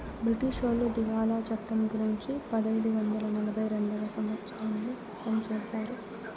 బ్రిటీసోళ్లు దివాళా చట్టం గురుంచి పదైదు వందల నలభై రెండవ సంవచ్చరంలో సట్టం చేశారు